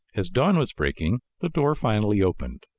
as dawn was breaking, the door finally opened.